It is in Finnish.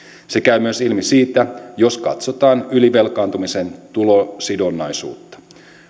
se käy myös ilmi siitä jos katsotaan ylivelkaantumisen tulosidonnaisuutta